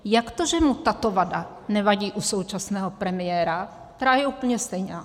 Jak to, že mu tato vada nevadí u současného premiéra, která je úplně stejná?